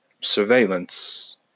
surveillance